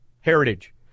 Heritage